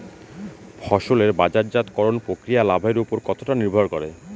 ফসলের বাজারজাত করণ প্রক্রিয়া লাভের উপর কতটা নির্ভর করে?